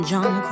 John